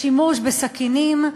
השימוש בסכינים,